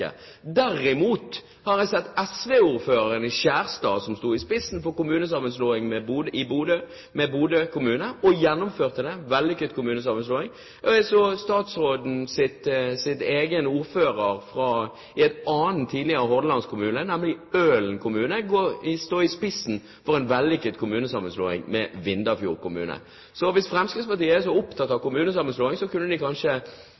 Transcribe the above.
Derimot har jeg sett SV-ordføreren i Skjerstad, som sto i spissen for kommunesammenslåing med Bodø kommune og gjennomførte det – en vellykket kommunesammenslåing. Jeg har også sett ordføreren fra statsrådens parti i en annen tidligere hordalandskommune, nemlig Ølen kommune, stå i spissen for en vellykket kommunesammenslåing med Vindafjord kommune. Så hvis Fremskrittspartiet er så opptatt av kommunesammenslåing, kunne de kanskje